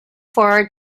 forward